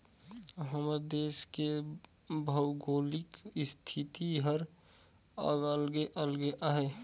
हमर देस के भउगोलिक इस्थिति हर अलगे अलगे अहे